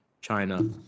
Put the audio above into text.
China